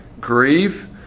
grieve